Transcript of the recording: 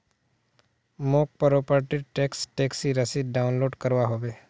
मौक प्रॉपर्टी र टैक्स टैक्सी रसीद डाउनलोड करवा होवे